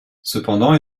cependant